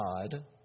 God